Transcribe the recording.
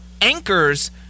anchors